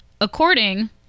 according